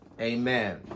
Amen